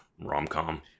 rom-com